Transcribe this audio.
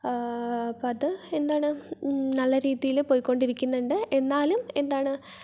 അപ്പോൾ അത് എന്താണ് നല്ല രീതിയില് പോയി കൊണ്ടിരിക്കുന്നുണ്ട് എന്നാലും എന്താണ്